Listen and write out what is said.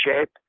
shape